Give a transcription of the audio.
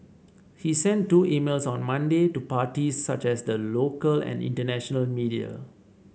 he sent two emails on Monday to parties such as the local and international media